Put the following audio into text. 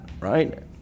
right